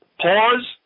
pause